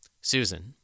Susan